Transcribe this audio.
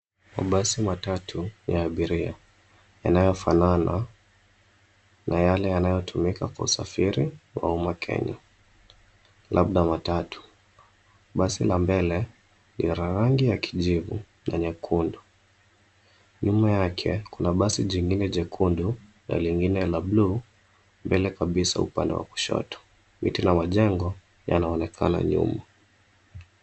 Mabasi matatu ya abiria yanayofanana na yale yanayotumika Kwa usafiri wa umma Kenya labda matatu. Basi la mbele lina rangi ya kijivu na nyekundu. Nyuma yake, kuna basi jingine jekundu na lingine la buluu mbele kabisa upande wa kushoto. Miti na majengo yanaonekana nyuma.